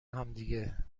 همدیگه